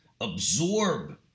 absorb